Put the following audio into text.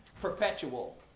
perpetual